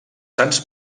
sants